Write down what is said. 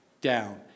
down